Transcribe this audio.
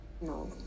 No